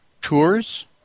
tours